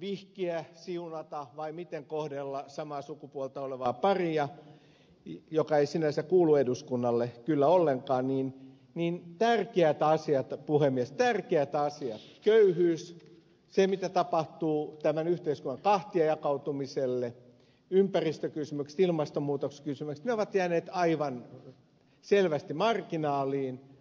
vihkiä siunata vai miten kohdella samaa sukupuolta olevaa paria mikä ei sinänsä kuulu eduskunnalle kyllä ollenkaan niin tärkeät asiat puhemies tärkeät asiat köyhyys se mitä tapahtuu tämän yhteiskunnan kahtiajakautumiselle ympäristökysymykset ilmastonmuutoskysymykset ovat jääneet aivan selvästi marginaaliin